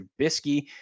Trubisky